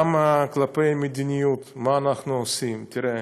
גם לגבי המדיניות, מה אנחנו עושים: תראה,